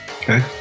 Okay